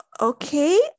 Okay